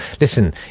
Listen